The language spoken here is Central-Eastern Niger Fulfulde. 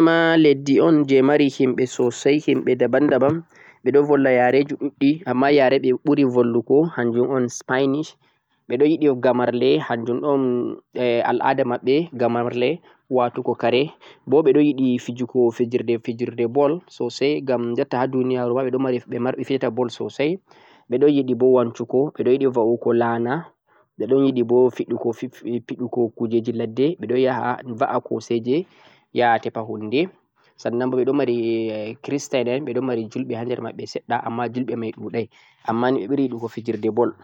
Argentina ma leddi un je mari himɓe sosai, himɓe daban daban, ɓe volla yareji ɗuɗɗi amma yare ɓe ɓuri vollugo hanjum un spainish ɓe ɗo yiɗi gamarli hanjum un al'ada maɓɓe, watugo kare bo ɓe ɗo yiɗi fijugo fijirde fijirde ball soai ngam jotta ha duniyaru ma ɓe ɗo mari ɓe fiyata ball sosai, ɓe ɗo yiɗi bo wancu go ɓe ɗo yiɗi bo va'uugo la'na, ɓe ɗon yiɗi bo piɗugo kujeji ladde ɓe ɗo yaha va'aa ko'seje, yaha tefa hunde sannan bo ɓe ɗo mari Christian en ɓe ɗon bo mari julɓe ha der maɓɓe seɗɗa, amma julɓe mai ɗu'ɗai, amman ni yiɗi go fijirde ball.